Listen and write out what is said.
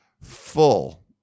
full